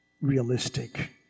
realistic